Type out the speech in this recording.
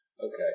Okay